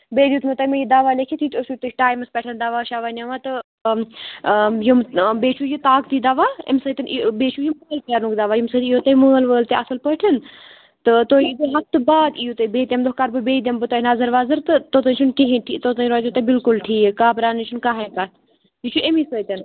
بیٚیہِ دیُت مَو مےٚ تۄہہِ یہِ دَوا لیٖکھِت یہِ تہِ ٲسِو تُہۍ ٹایِمَس پیٚٹھ دَوا شَوا نِوان تہٕ آ یِم آ بیٚیہِ چھُ یہِ طاقتی دَوا امہِ سۭتۍ ییٖوٕ بیٚیہِ چھُ یہِ مٲل پھیٚرنُک دَوا امہِ سۭتۍ یِیٖوٕ تۄہہِ مٲل وٲل تہِ اَصٕل پٲٹھۍ تہٕ تُہۍ ییٖزیٚو ہَفتہٕ باد یِیِو تُہۍ بیٚیہِ تَمہِ دۄہ کَرٕ بہٕ بیٚیہِ دِمہٕ بہٕ تۄہہِ نَظر وَظر تہٕ توٚتام چھُ نہٕ کِہیٖنٛۍ تہِ توٚتام روٗزِو تُہۍ بِلکُل ٹھیٖک گابرنٕچ چھَ نہٕ کانٛہہ کَتھ یہِ چھُ اَمی سۭتۍ